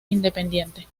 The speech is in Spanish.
independiente